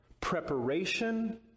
preparation